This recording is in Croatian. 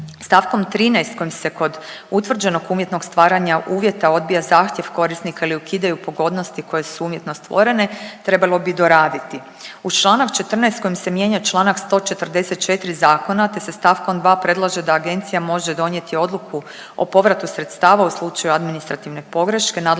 St. 13. kojim se kod utvrđenog umjetnog stvaranja uvjeta odbija zahtjev korisnika ili ukidaju pogodnosti koje su umjetno stvorene trebalo bi doraditi. Uz čl. 14. s kojim se mijenja čl. 144. zakona te se st. 2. predlaže da agencija može donijeti odluku o povratu sredstava u slučaju administrativne pogreške nadležnog